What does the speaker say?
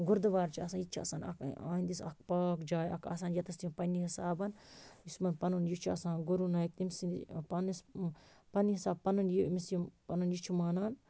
گُردُوار چھُ آسان یہِ تہِ چھُ آسان اکھ یِہنٛدِس اکھ پاک جاے اکھ آسان ییٚتَس یِم پَننہِ حِسابَن یُس یِمَن پَنُن یہِ چھُ آسان گرو نایَک تٔمسی پَننِس پَننہِ حِساب پَنُن یہِ أمِس یِم پَنُن یہِ چھِ مانان